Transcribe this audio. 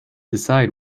decide